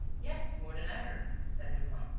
yes, more than ever, said lupin.